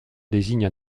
désigne